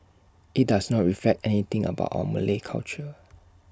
IT does not reflect anything about our Malay culture